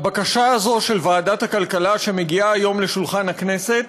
הבקשה הזו של ועדת הכלכלה שמגיעה היום לשולחן הכנסת